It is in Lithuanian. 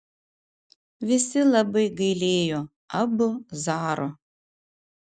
visi labai gailėjo abu zaro